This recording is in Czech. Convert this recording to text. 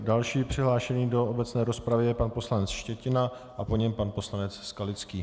Další přihlášený do obecné rozpravy je pan poslanec Štětina a po něm pan poslanec Skalický.